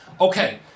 Okay